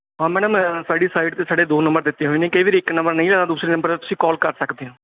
ਹਾਂ ਮੈਡਮ ਸਾਡੀ ਸਾਈਟ 'ਤੇ ਸਾਡੇ ਦੋ ਨੰਬਰ ਦਿੱਤੇ ਹੋਏ ਨੇ ਕਈ ਵਾਰੀ ਇੱਕ ਨੰਬਰ ਨਹੀਂ ਲੱਗਦਾ ਦੂਸਰੇ ਨੰਬਰ ਤੁਸੀਂ ਕਾਲ ਕਰ ਸਕਦੇ ਹੋ